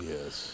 Yes